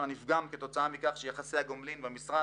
נפגם כתוצאה מכך שיחסי הגומלין במשרד,